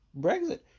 Brexit